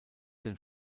den